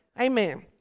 Amen